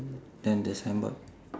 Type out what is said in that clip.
then the signboard